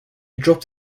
dropped